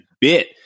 bit